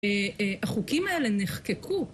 החוקים האלה נחקקו